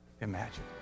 imagine